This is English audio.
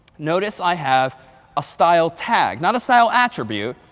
notice i have a style tag. not a style attribute,